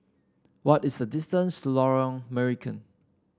what is the distance to Lorong Marican